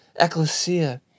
Ecclesia